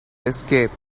escape